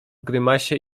grymasie